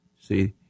See